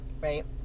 right